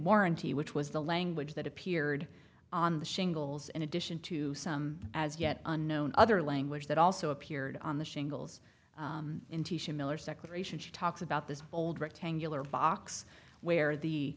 warranty which was the language that appeared on the shingles in addition to some as yet unknown other language that also appeared on the shingles miller secularization she talks about this old rectangular box where the